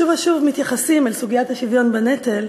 שוב ושוב מתייחסים אל סוגיית השוויון בנטל